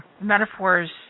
metaphors